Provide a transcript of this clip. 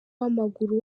w’amaguru